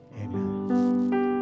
Amen